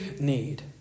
need